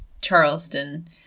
Charleston